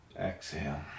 exhale